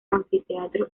anfiteatro